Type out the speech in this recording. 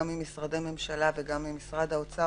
גם עם משרדי הממשלה וגם עם משרד האוצר,